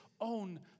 own